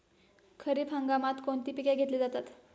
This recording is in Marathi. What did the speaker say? खरीप हंगामात कोणती पिके घेतली जातात?